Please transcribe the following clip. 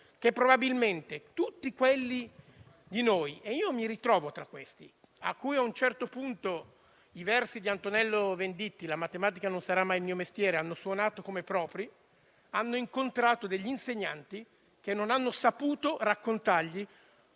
che probabilmente tutti quelli di noi - e mi ci ritrovo - ai quali a un certo punto il verso di Antonello Venditti «la matematica non sarà mai il mio mestiere» ha suonato come proprio hanno incontrato insegnanti che non hanno saputo raccontar